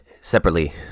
separately